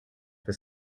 for